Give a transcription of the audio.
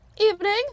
Evening